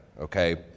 okay